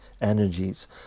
energies